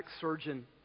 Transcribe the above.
surgeon